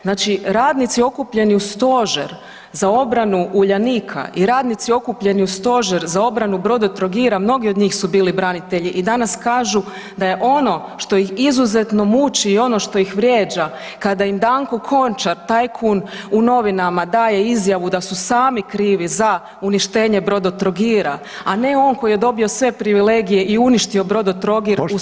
Znači radnici okupljeni u stožer za obranu Uljanika i radnici okupljeni u stožer za obranu Brodotrogira mnogi od njih su bili branitelji i danas kažu da je ono što ih izuzetno muči i ono što ih vrijeđa kada im Danko Končar tajkun u novinama daje izjavu da su sami krivi za uništenje Brodotrogira, a ne on koji je dobio sve privilegije i uništio Brodotrogir na svoju korist.